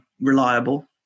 reliable